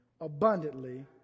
abundantly